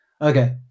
Okay